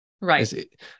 Right